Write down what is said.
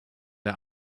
der